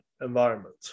environment